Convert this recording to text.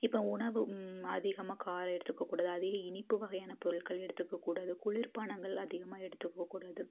இப்போது உணவு அதிகமாக காரம் எடுத்துக்கக்கூடாது அதிக இனிப்பு வகையான பொருட்கள் எடுத்துக்கக்கூடாது குளிர்பானங்கள் அதிகமாக எடுத்துக்கக்கூடாது